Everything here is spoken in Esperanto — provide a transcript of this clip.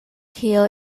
kio